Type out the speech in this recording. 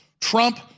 Trump